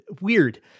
weird